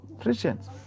Christians